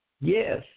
Yes